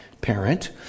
parent